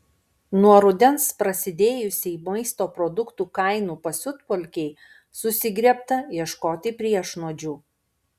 nuo rudens prasidėjusiai maisto produktų kainų pasiutpolkei susigriebta ieškoti priešnuodžių